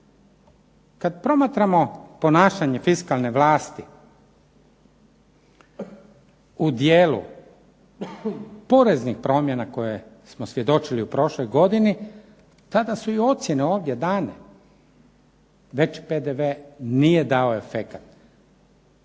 Kad promatramo ponašanje fiskalne vlasti u dijelu poreznih promjena koje smo svjedočili u prošloj godini tada su i ocjene ovdje dane. Veći PDV nije dao efekat.